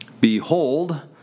Behold